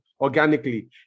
organically